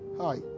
Hi